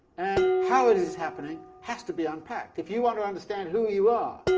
and how it is happening has to be unpacked. if you want to understand who you are,